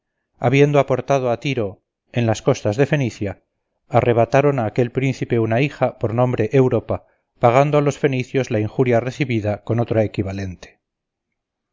habiendo aportado a tiro en las costas de fenicia arrebataron a aquel príncipe una hija por nombre europa pagando a los fenicios la injuria recibida con otra equivalente